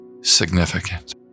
significant